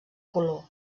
color